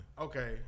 Okay